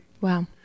Wow